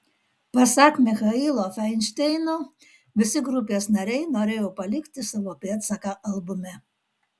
pasak michailo fainšteino visi grupės nariai norėjo palikti savo pėdsaką albume